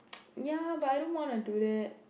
ya but I don't want to do that